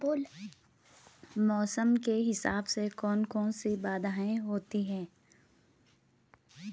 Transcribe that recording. मौसम के हिसाब से कौन कौन सी बाधाएं होती हैं?